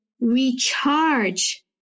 recharge